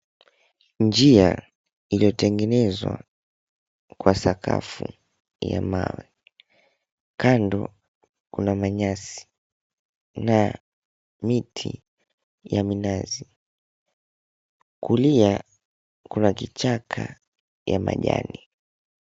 Njia iliyotengenezwa kwa sakafu ya mawe , kando kuna manyasi na miti ya minazi kulia kuna kichaka ya majani.